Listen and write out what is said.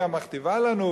היא המכתיבה לנו,